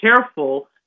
careful